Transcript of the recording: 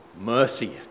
mercy